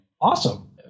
Awesome